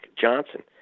Johnson